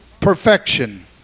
perfection